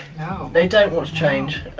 they don't want to change,